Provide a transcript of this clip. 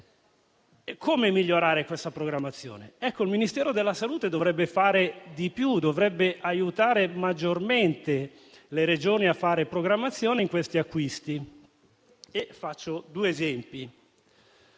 è come migliorare la programmazione. Il Ministero della salute dovrebbe fare di più, dovrebbe aiutare maggiormente le Regioni a fare programmazione negli acquisti. Faccio due esempi: